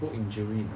work injury